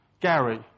Gary